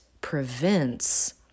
prevents